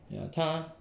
ya 她